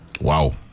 wow